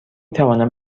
توانم